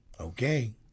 Okay